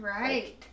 right